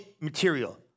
material